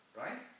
right